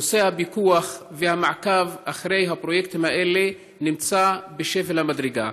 נושא הפיקוח והמעקב אחר הפרויקטים האלה נמצא בשפל המדרגה.